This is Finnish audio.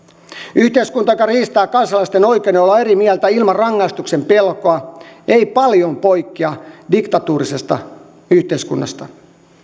yhteiskunta joka riistää kansalaisten oikeuden olla eri mieltä ilman rangaistuksen pelkoa ei paljon poikkea diktatuurisesta yhteiskunnasta